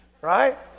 Right